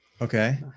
Okay